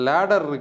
Ladder